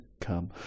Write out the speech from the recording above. come